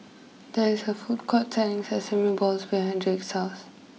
there is a food court selling Sesame Balls behind Drake's house